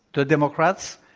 the democrats,